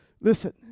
listen